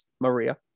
Maria